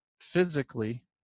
physically